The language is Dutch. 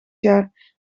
jaar